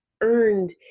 earned